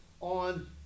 on